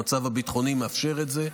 המצב הביטחוני מאפשר את זה.